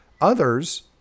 Others